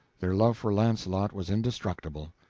their love for launcelot was indestructible.